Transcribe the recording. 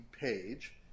page